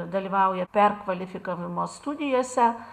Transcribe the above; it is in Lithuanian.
dalyvauja perkvalifikavimo studijose